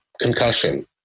concussion